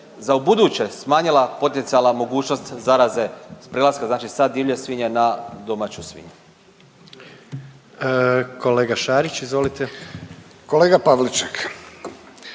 za u buduće smanjila potencijalna mogućnost zaraze prelaska, znači sa divlje svinje na domaću svinju. **Jandroković, Gordan (HDZ)** Kolega Šarić,